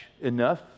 enough